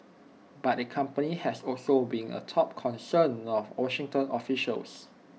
but the company has also been A top concern of Washington officials